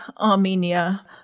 Armenia